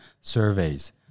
surveys